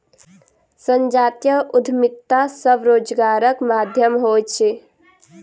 संजातीय उद्यमिता स्वरोजगारक माध्यम होइत अछि